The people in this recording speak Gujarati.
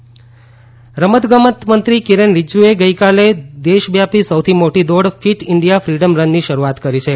રમત ફીટ ઇન્ડિયા રમતગમત મંત્રી કિરેન રિજિજુએ ગઇકાલે દેશવ્યાપી સૌથી મોટી દોડ ફિટ ઇન્ડિયા ફ્રીડમ રનની શરૂઆત કરી છે